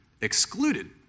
Excluded